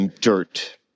dirt